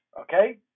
okay